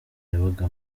yabaga